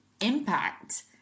impact